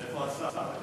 איפה השר?